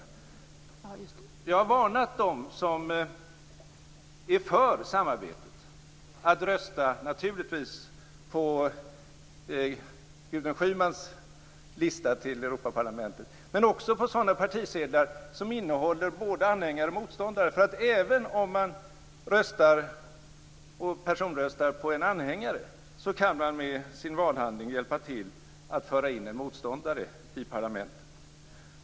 Vi har naturligtvis varnat dem som är för samarbete för att rösta på Gudrun Schymans lista till Europaparlamentet men också på sådana partisedlar som innehåller både anhängare och motståndare. Även om man personröstar på en anhängare kan man med sin valhandling hjälpa till att föra in en motståndare i parlamentet.